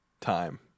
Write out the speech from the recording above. Time